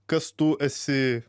kas tu esi